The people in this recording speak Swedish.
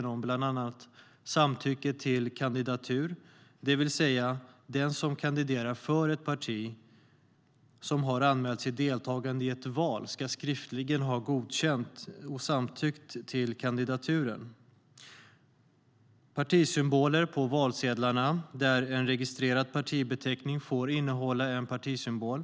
Det handlar bland annat om samtycke till kandidatur, det vill säga att den som kandiderar för ett parti som har anmält sitt deltagande i ett val skriftligen ska ha godkänt och samtyckt till kandidaturen. Det gäller också partisymboler på valsedlarna, där en registrerad partibeteckning får innehålla en partisymbol.